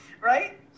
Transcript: Right